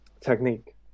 Technique